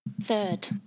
Third